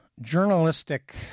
journalistic